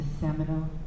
seminal